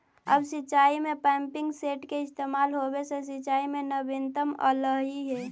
अब सिंचाई में पम्पिंग सेट के इस्तेमाल होवे से सिंचाई में नवीनता अलइ हे